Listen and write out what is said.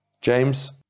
James